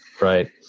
Right